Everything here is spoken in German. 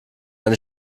eine